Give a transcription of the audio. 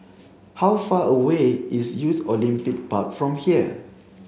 how far away is Youth Olympic Park from here